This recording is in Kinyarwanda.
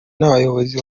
n’abayobozi